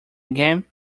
game